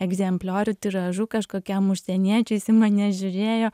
egzempliorių tiražu kažkokiam užsieniečiui jis į mane žiūrėjo